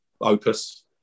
opus